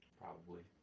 probably.